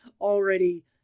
already